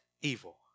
evil